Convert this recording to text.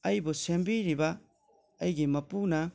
ꯑꯩꯕꯨ ꯁꯦꯝꯕꯤꯔꯤꯕ ꯑꯩꯒꯤ ꯃꯄꯨꯅ